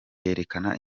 yerekana